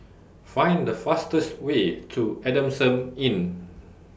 Find The fastest Way to Adamson Inn